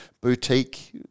boutique